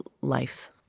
life